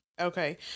Okay